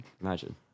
Imagine